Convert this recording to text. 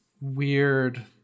weird